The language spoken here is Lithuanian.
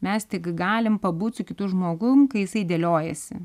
mes tik galim pabūt su kitu žmogum kai jisai dėliojasi